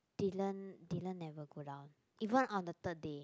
Dylan Dylan never go down even on the third day